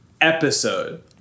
Episode